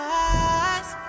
eyes